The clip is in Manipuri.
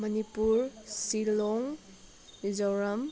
ꯃꯅꯤꯄꯨꯔ ꯁꯤꯜꯂꯣꯡ ꯃꯤꯖꯣꯔꯥꯝ